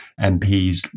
MPs